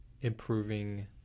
improving